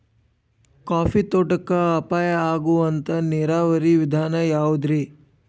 Coffee ತೋಟಕ್ಕ ಉಪಾಯ ಆಗುವಂತ ನೇರಾವರಿ ವಿಧಾನ ಯಾವುದ್ರೇ?